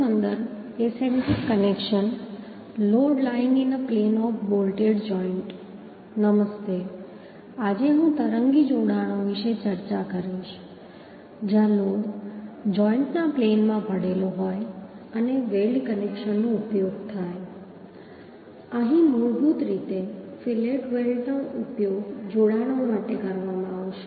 નમસ્તે આજે હું તરંગી જોડાણો વિશે ચર્ચા કરીશ જ્યાં લોડ જોઇન્ટના પ્લેનમાં પડેલો હોય અને વેલ્ડ કનેક્શનનો ઉપયોગ થાય અહીં મૂળભૂત રીતે ફીલેટ વેલ્ડ નો ઉપયોગ જોડાણો માટે કરવામાં આવશે